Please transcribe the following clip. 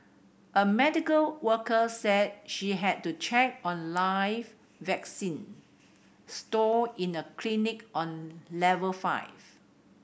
a medical worker said she had to check on live vaccine stored in a clinic on level five